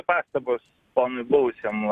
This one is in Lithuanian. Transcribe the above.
pastabos ponui buvusiam